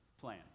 plan